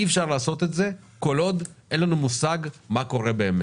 אי אפשר לעשות את זה כל עוד אין לנו מושג מה קורה באמת.